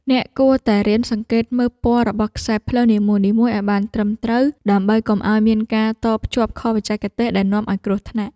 អ្នកគួរតែរៀនសង្កេតមើលពណ៌របស់ខ្សែភ្លើងនីមួយៗឱ្យបានត្រឹមត្រូវ ដើម្បីកុំឱ្យមានការតភ្ជាប់ខុសបច្ចេកទេសដែលនាំឱ្យគ្រោះថ្នាក់។